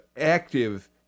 active